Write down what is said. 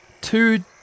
Two